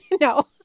No